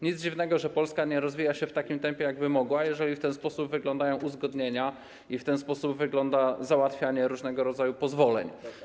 Nic dziwnego, że Polska nie rozwija się w takim tempie, jak by mogła, jeżeli w ten sposób wyglądają uzgodnienia i w ten sposób wygląda załatwianie różnego rodzaju pozwoleń.